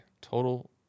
total